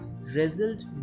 result